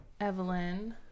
Evelyn